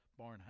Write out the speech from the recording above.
Barnhouse